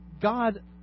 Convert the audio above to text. God